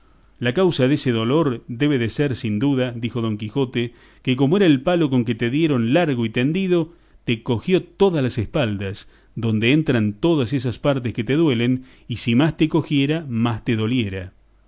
la causa dese dolor debe de ser sin duda dijo don quijote que como era el palo con que te dieron largo y tendido te cogió todas las espaldas donde entran todas esas partes que te duelen y si más te cogiera más te doliera